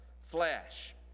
flesh